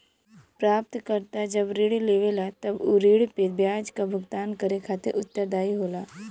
प्राप्तकर्ता जब ऋण लेवला तब उ ऋण पे ब्याज क भुगतान करे खातिर उत्तरदायी होला